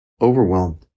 overwhelmed